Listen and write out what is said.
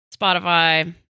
Spotify